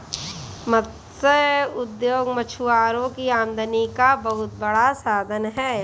मत्स्य उद्योग मछुआरों की आमदनी का बहुत बड़ा साधन है